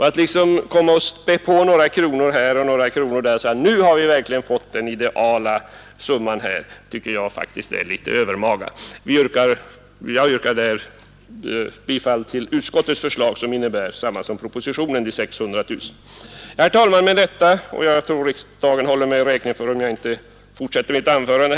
Att komma och späda på några kronor här och några där och sedan säga att vi nu fått fram den ideala summan, tycker jag faktiskt är litet övermaga. Jag yrkar bifall till utskottets förslag, som innebär samma belopp som propositionen föreslår, 600 000 kronor. Jag tror att kammarens ledamöter håller mig räkning för om jag inte fortsätter mitt anförande.